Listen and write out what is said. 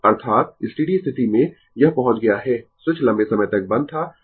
तो अर्थात स्टीडी स्थिति में यह पहुंच गया है स्विच लंबे समय तक बंद था